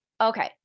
Okay